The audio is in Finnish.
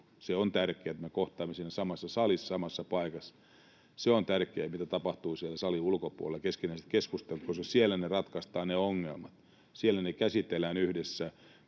Se on tärkeää, että me kohtaamme siinä samassa salissa, samassa paikassa. Se on tärkeää, mitä tapahtuu siellä salin ulkopuolella, keskinäiset keskustelut, koska siellä ratkaistaan ne ongelmat. Siellä ne käsitellään yhdessä.